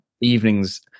evenings